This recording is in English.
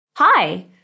Hi